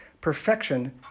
Perfection